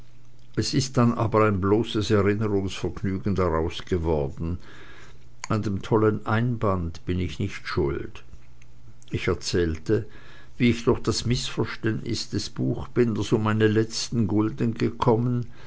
es ist dann aber ein bloßes erinnerungsvergnügen daraus geworden an dem tollen einband bin ich nicht schuld ich erzählte wie ich durch das mißverständnis des buchbinders um meine letzten gulden gekommen